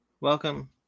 Welcome